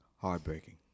Heartbreaking